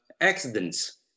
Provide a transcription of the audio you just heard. accidents